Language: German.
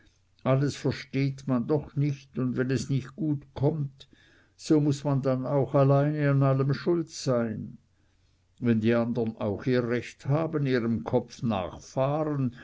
alles versteht man doch nicht und wenn es nicht gut kommt so muß man dann auch alleine an allem schuld sein wenn die andern auch ihr recht haben ihrem kopf